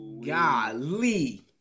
golly